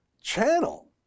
channel